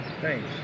Thanks